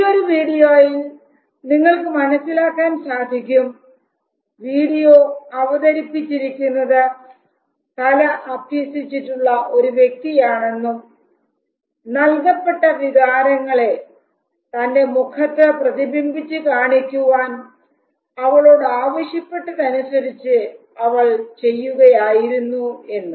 ഈ ഒരു വീഡിയോയിൽ നിങ്ങൾക്ക് മനസ്സിലാക്കാൻ സാധിക്കും വീഡിയോ അവതരിപ്പിച്ചിരിക്കുന്നത് കല അഭ്യസിച്ചിട്ടുള്ള ഒരു വ്യക്തിയാണെന്നും നൽകപ്പെട്ട വികാരങ്ങളെ തൻറെ മുഖത്ത് പ്രതിബിംബിച്ചു കാണിക്കുവാൻ അവളോടാവശ്യപ്പെട്ടതനുസരിച്ച് അവൾ ചെയ്യുകയായിരുന്നുവെന്നും